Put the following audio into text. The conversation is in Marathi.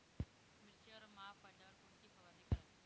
मिरचीवर मावा पडल्यावर कोणती फवारणी करावी?